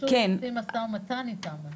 פשוט עושים משא ומתן איתם על זה.